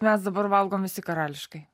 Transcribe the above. mes dabar valgom visi karališkai